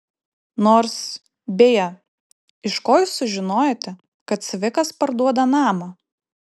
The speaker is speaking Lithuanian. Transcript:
nors beje iš ko jūs sužinojote kad cvikas parduoda namą